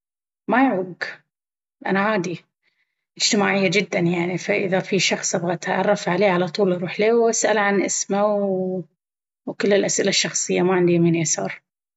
ما يعوق أنا عادي اجتماعية جدا يعني فإذا في شخص ابغى اتعرف عليه على طول اروح ليه واسأل عن إسمه واذا احب اعرف عنه أشياء معينة بتلاقيني أجرجره في الكلام لين ما يلاقي روحه في النهاية متكلم عن أمور شخصية عادة ما يقولها لأحد غريب أو لأحد أول مرة يلتقي بيه. أنا في هالسوالف واجد زينة بشهادة الجميه ماشاءالله.